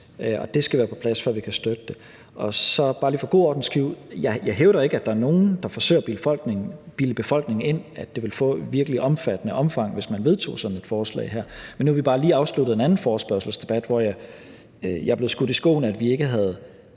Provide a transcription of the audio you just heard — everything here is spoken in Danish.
og det skal være på plads, før vi kan støtte det. Så bare lige for en god ordens skyld: Jeg hævder ikke, at der er nogen, der forsøger at bilde befolkningen ind, at det vil få et virkelig omfattende omfang, hvis man vedtog sådan et forslag her. Men nu har vi bare lige afsluttet en anden forespørgselsdebat, hvor jeg er blevet skudt i skoene, at vi ikke havde